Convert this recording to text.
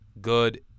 good